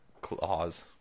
claws